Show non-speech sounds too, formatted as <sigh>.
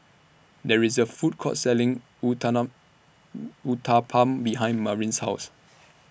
There IS A Food Court Selling <unintelligible> Uthapam behind Marin's House